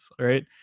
right